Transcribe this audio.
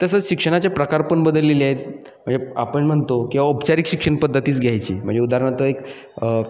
तसंच शिक्षणाचे प्रकार पण बदललेले आहेत म्हणजे आपण म्हणतो किंवा औपचारिक शिक्षण पद्धतीच घ्यायची म्हणजे उदाहरणार्थ एक